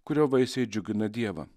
kurio vaisiai džiugina dievą